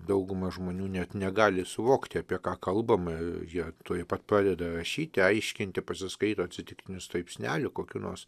dauguma žmonių net negali suvokti apie ką kalbama jie tuoj pat pradeda rašyti aiškinti pasiskaito atsitiktinių straipsnelių kokių nors